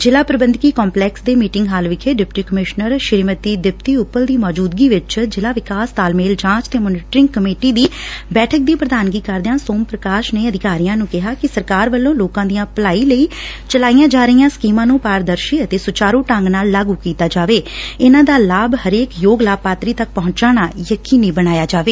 ਜ਼ਿਲਾ ਪ੍ਰਬੰਧਕੀ ਕੰਪਲੈਕਸ ਦੇ ਮੀਟਿੰਗ ਹਾਲ ਵਿਖੇ ਡਿਪਟੀ ਕਮਿਸ਼ਨਰ ਸ੍ਰੀਮਤੀ ਦੀਪਤੀ ਉਂਪਲ ਦੀ ਮੌਜੁਦਗੀ ਵਿਚ ਜ਼ਿਲਾ ਵਿਕਾਸ ਤਾਲਮੇਲ ਜਾਚ ਤੇ ਜਾਚ ਕਮੇਟੀ ਦੀ ਮੀਟਿੰਗ ਦੀ ਪ੍ਰਧਾਨਗੀ ਕਰਦਿਆਂ ਸੋਮ ਪ੍ਰਕਾਸ਼ ਨੇ ਅਧਿਕਾਰੀਆਂ ਨੂੰ ਕਿਹਾ ਕਿ ਸਰਕਾਰ ਵੱਲੋਂ ਲੋਕਾਂ ਦੀਆਂ ਭਲਾਈ ਲਈ ਚਲਾਈਆਂ ਜਾ ਰਹੀਆਂ ਸਕੀਮਾਂ ਨੂੰ ਪਾਰਦਰਸ਼ੀ ਅਤੇ ਸੁਚਾਰੂ ਢੰਗ ਨਾਲ ਲਾਗੂ ਕੀਤਾ ਜਾਵੇ ਅਤੇ ਇਨੂਾਂ ਦਾ ਲਾਭ ਹਰੇਕ ਯੋਗ ਲਾਭਪਾਤਰੀ ਤੱਕ ਪਹੁੰਚਾਉਣਾ ਯਕੀਨੀ ਬਣਾਇਆ ਜਾਵੇ